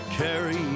carry